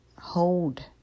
hold